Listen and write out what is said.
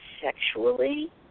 sexually